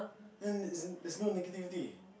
then isin't there's no negativity